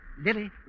Lily